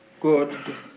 good